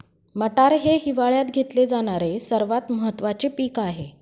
मटार हे हिवाळयात घेतले जाणारे सर्वात महत्त्वाचे पीक आहे